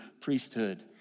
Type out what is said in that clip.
priesthood